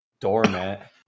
doormat